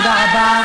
תודה רבה.